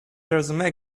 resume